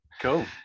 cool